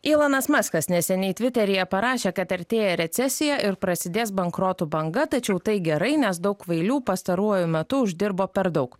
ylanas maskas neseniai tviteryje parašė kad artėja recesija ir prasidės bankrotų banga tačiau tai gerai nes daug kvailių pastaruoju metu uždirbo per daug